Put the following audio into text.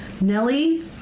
Nellie